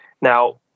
Now